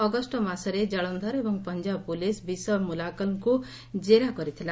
ଅଗଷ୍ଟମାସରେ ଜଳନ୍ଧର ଏବଂ Punjab police bishop ମୁଲାକଲଙ୍କୁ ଜେରା କରିଥିଲା